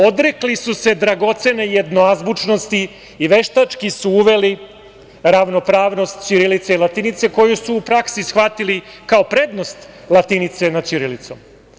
Odrekli su se dragocene jednoazbučnosti i veštački su uveli ravnopravnost ćirilice i latinice koju su u praksi shvatili kao prednost latinice nad ćirilicom.